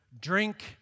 drink